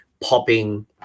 popping